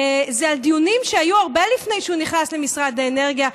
זה על דיונים שהיו הרבה לפני שהוא נכנס למשרד האנרגיה,